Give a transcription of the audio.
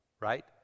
right